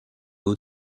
aux